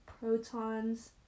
protons